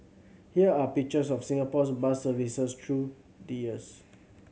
here are pictures of Singapore's bus services through the years